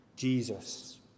Jesus